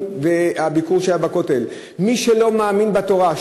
והביקור שהיה בכותל: מי שלא מאמין בתורה,